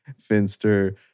finster